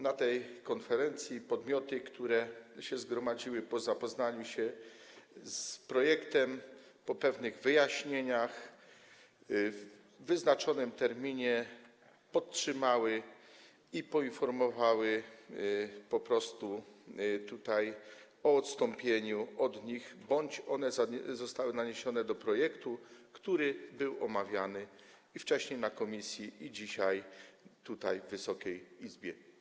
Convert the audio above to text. Na tej konferencji podmioty, które się zgromadziły, po zapoznaniu się z projektem, po pewnych wyjaśnieniach w wyznaczonym terminie podtrzymały... poinformowały po prostu tutaj o odstąpieniu od tych uwag bądź zostały one naniesione do projektu, który był omawiany i wcześniej na posiedzeniu komisji, i dzisiaj tutaj, w Wysokiej Izbie.